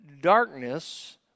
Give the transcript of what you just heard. darkness